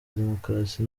demokarasi